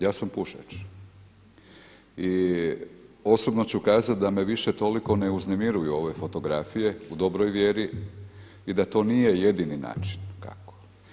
Ja sam pušač i osobno ću kazati da me više toliko ne uznemiruju ove fotografije u dobroj vjeri i da to nije jedini način kako.